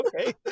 okay